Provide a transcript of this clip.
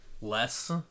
less